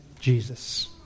Jesus